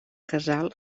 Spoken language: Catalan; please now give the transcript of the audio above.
casal